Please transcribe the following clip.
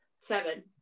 seven